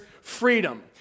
freedom